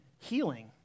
healing